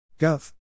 gov